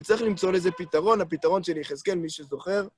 צריך למצוא לזה פתרון, הפתרון של יחזקאל מי שזוכר.